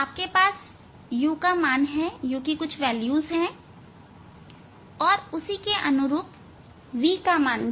आपके पास u का मान है और उसी के अनुरूप v का मान है